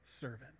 servant